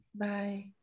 Bye